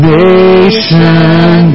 nation